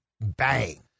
Bang